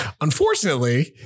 unfortunately